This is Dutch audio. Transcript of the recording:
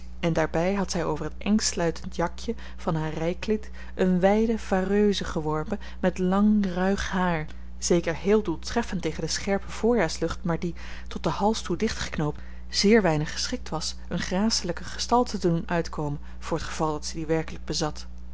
en daarbij had zij over het engsluitend jakje van haar rijkleed een wijde vareuse geworpen met lang ruig haar zeker heel doeltreffend tegen de scherpe voorjaarslucht maar die tot den hals toe dichtgeknoopt zeer weinig geschikt was eene gracelijke gestalte te doen uitkomen voor t geval dat ze die werkelijk bezat